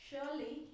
Surely